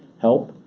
help,